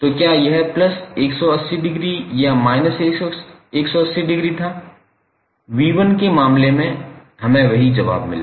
तो क्या यह प्लस 180 डिग्री या माइनस 180 डिग्री था 𝑣1 के मामले में हमें वही जवाब मिला